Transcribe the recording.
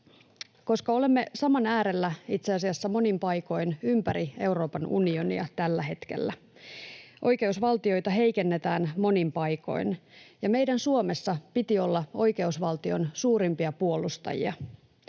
olemme saman äärellä itse asiassa monin paikoin ympäri Euroopan unionia tällä hetkellä. Oikeusvaltioita heikennetään monin paikoin, ja meidän Suomessa piti olla oikeusvaltion suurimpia puolustajia.